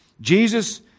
Jesus